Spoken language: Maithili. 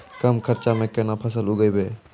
कम खर्चा म केना फसल उगैबै?